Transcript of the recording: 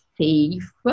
safe